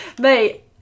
mate